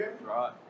right